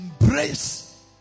embrace